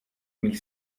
mille